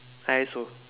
I also